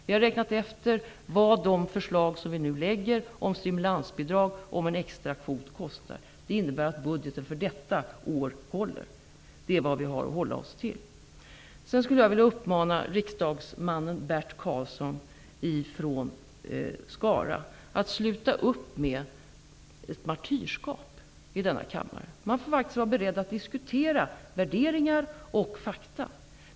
Vi har räknat efter vad de förslag som vi nu lägger fram om stimulansbidrag och en extra kvot kostar. Det innebär att budgeten för detta år håller. Det är vad vi har att hålla oss till. Karlsson från Skara att sluta upp med ett martyrskap i denna kammare. Man får faktiskt vara beredd att diskutera värderingar och fakta.